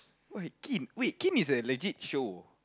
what kin wait kin is a legit show